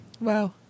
Wow